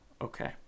okay